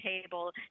table